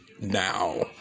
now